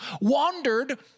wandered